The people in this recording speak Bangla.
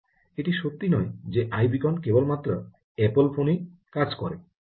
এটি সত্য নয় যে আইবীকন কেবলমাত্র অ্যাপল ফোনে কাজ করে তা ভুল